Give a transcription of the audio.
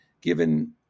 given